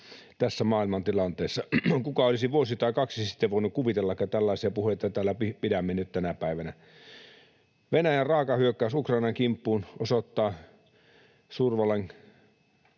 tässä maailmantilanteessa. Kuka olisi vuosi tai kaksi sitten voinut kuvitellakaan, että tällaisia puheita täällä pidämme nyt tänä päivänä? Venäjän raaka hyökkäys Ukrainan kimppuun osoittaa suurvallan